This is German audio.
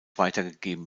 weitergegeben